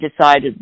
decided